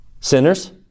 Sinners